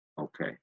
okay